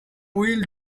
we’ll